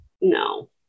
no